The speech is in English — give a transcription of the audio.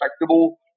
respectable